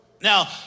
Now